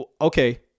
Okay